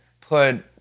put